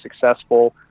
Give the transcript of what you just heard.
successful